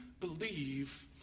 believe